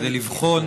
כדי לבחון